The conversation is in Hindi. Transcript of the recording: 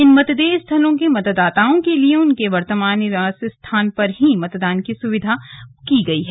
इन मतदेय स्थलों के मतदाताओं के लिए उनके वर्तमान निवास स्थान पर ही मतदान की सुविधा की गई है